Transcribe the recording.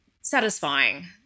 satisfying